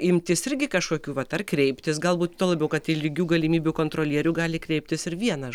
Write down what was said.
imtis irgi kažkokių vat ar kreiptis galbūt tuo labiau kad į lygių galimybių kontrolierių gali kreiptis ir vienas